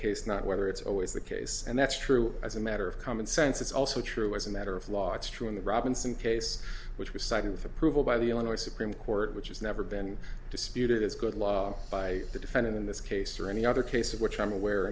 case not whether it's always the case and that's true as a matter of common sense it's also true as a matter of law it's true in the robinson case which was cited with approval by the illinois supreme court which has never been disputed as good law by the defendant in this case or any other case of which i'm aware